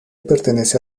pertenece